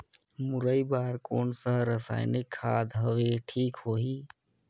मुरई बार कोन सा रसायनिक खाद हवे ठीक होही?